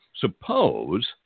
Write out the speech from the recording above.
suppose